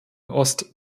ost